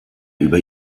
über